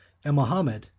and mahomet,